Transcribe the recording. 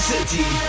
City